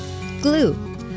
Glue